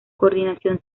coordinación